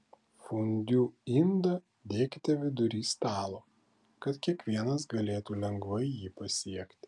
fondiu indą dėkite vidury stalo kad kiekvienas galėtų lengvai jį pasiekti